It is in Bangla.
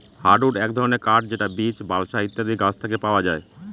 হার্ডউড এক ধরনের কাঠ যেটা বীচ, বালসা ইত্যাদি গাছ থেকে পাওয়া যায়